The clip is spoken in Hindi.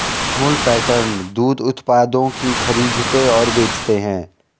अमूल पैटर्न दूध उत्पादों की खरीदते और बेचते है